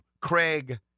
Craig